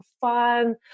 fun